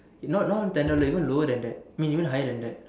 not no then door even lower than that I mean even higher than that